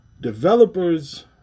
Developers